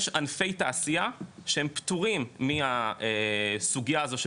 יש ענפי תעשייה שהם פטורים מהסוגייה הזו של